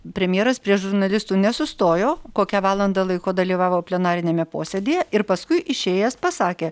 premjeras prie žurnalistų nesustojo kokią valandą laiko dalyvavo plenariniame posėdyje ir paskui išėjęs pasakė